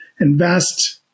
invest